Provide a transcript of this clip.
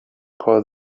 call